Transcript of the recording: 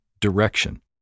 direction